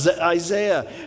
Isaiah